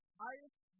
highest